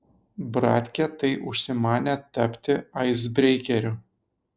bratkė tai užsimanė tapti aisbreikeriu